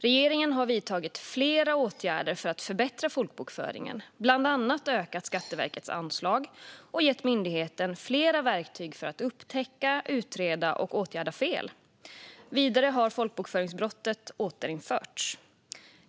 Regeringen har vidtagit flera åtgärder för att förbättra folkbokföringen, bland annat ökat Skatteverkets anslag och gett myndigheten fler verktyg för att upptäcka, utreda och åtgärda fel. Vidare har folkbokföringsbrottet återinförts.